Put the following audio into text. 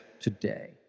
today